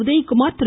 Udhayakumar Thiru